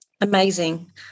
Amazing